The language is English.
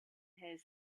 his